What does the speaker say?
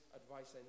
advice